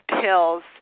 pills